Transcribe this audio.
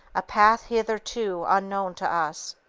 a path hitherto unknown to us.